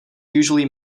usually